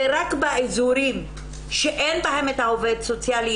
ורק באזורים שאין בהם עובד סוציאלי,